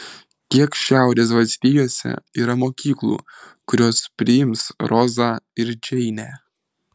kiek šiaurės valstijose yra mokyklų kurios priims rozą ir džeinę